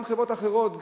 גם בחברות אחרות,